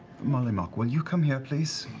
mollymauk, will you come here, please?